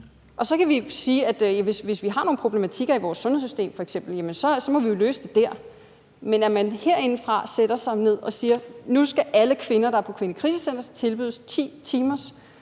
Og så kan vi sige, at hvis vi har nogle problematikker i f.eks. vores sundhedssystem, må vi løse dem dér, men at man herindefra sætter sig ned og siger, at nu skal alle kvinder, der er på kvindekrisecentrene, tilbydes 10 timers